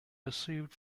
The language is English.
received